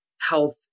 health